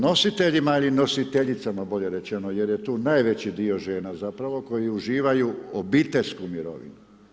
Nositeljima ili nositeljicama bolje rečeno, jer je tu najveći dio žena zapravo koji uživaju obiteljsku mirovinu.